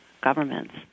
governments